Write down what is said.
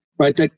Right